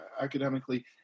academically